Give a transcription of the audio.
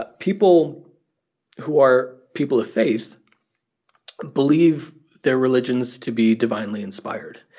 but people who are people of faith believe their religions to be divinely inspired.